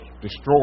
destroy